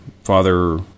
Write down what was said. Father